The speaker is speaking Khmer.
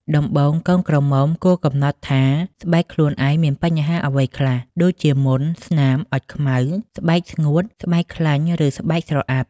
ដំបូង កូនក្រមុំគួរកំណត់ថាស្បែកខ្លួនឯងមានបញ្ហាអ្វីខ្លះ ដូចជា មុន ស្នាមអុចខ្មៅ ស្បែកស្ងួត ស្បែកខ្លាញ់ ឬស្បែកស្រអាប់ ។